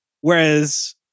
whereas